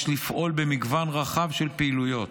יש לפעול במגוון רחב של פעילויות.